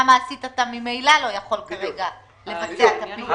מעשית אתה ממילא לא יכול כרגע לבצע את הפעילות.